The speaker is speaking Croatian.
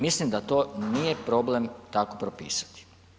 Mislim da to nije problem tako propisati.